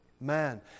man